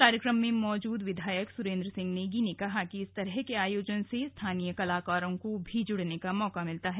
कार्यक्रम में मौजूद विधायक सुरेंद्र सिंह नेगी ने कहा कि इस तरह के आयोजन से स्थानीय कलाकारों को भी जुड़ने का मौका मिलता है